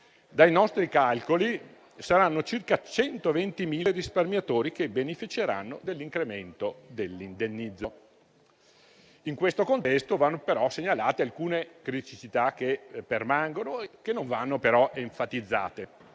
Dai nostri calcoli saranno circa 120.000 i risparmiatori che beneficeranno dell'incremento dell'indennizzo. In questo contesto vanno anche segnalate alcune criticità che permangono, che non vanno però enfatizzate